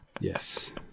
Yes